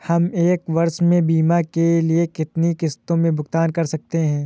हम एक वर्ष में बीमा के लिए कितनी किश्तों में भुगतान कर सकते हैं?